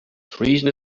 treason